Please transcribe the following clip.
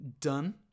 done